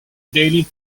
daily